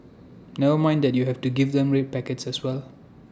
never mind that you have to give them red packets as well